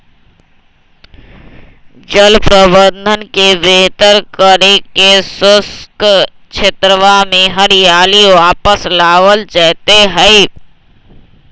जल प्रबंधन के बेहतर करके शुष्क क्षेत्रवा में हरियाली वापस लावल जयते हई